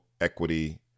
equity